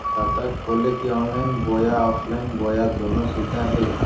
खाता खोले के ऑनलाइन बोया ऑफलाइन बोया दोनो सुविधा है?